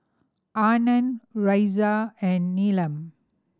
Anand Razia and Neelam